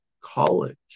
college